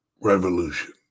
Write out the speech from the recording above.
revolution